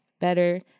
better